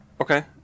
Okay